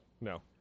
No